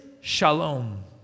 Shalom